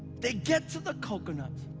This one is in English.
they get to the coconut,